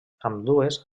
ambdues